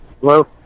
Hello